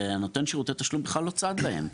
שנותן שירותי התשלום בכלל לא צד להם.